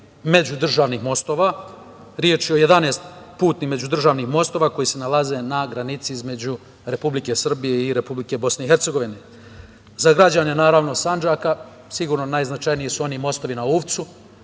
međudržavnih mostova. Reč je o 11 putnih međudržavnih mostova koji se nalaze na granici između Republike Srbije i Republike Bosne i Hercegovine. Za građane Sandžaka sigurno su najznačajniji oni mostovi na Uvcu,